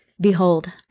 Behold